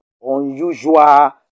unusual